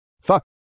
Fuck